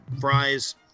Fries